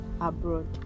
abroad